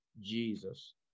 Jesus